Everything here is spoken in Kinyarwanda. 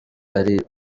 ari